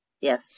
Yes